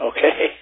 Okay